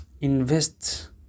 invest